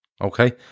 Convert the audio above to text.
Okay